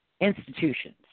institutions